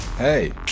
Hey